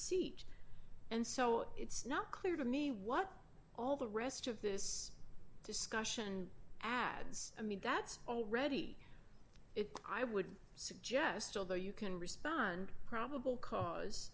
seat and so it's not clear to me what all the rest of this discussion adds i mean that's already it i would suggest although you can respond probable cause